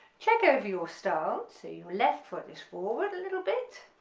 check over your stance, so your left foot is forward a little bit